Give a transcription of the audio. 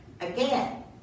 Again